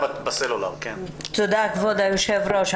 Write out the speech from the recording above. תודה כבוד היו"ר.